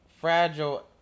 fragile